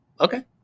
okay